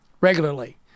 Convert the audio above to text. regularly